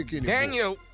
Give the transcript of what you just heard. Daniel